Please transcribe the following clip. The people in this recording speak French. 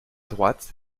droite